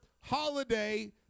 holiday